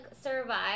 survive